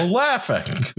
laughing